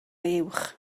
uwch